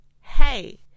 hey